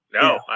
No